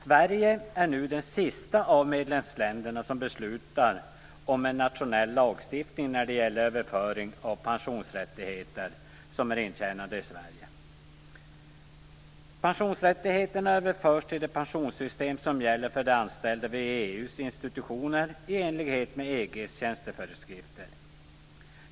Sverige är nu det sista av medlemsländerna som beslutar om en nationell lagstiftning om överföring av pensionsrättigheter som är intjänade i Sverige. Pensionsrättigheterna överförs till det pensionssystem som gäller för de anställda vid EU:s institutioner i enlighet med EG:s tjänsteföreskrifter.